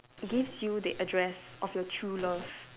gives you the address of your true love